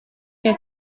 que